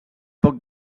poc